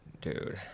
Dude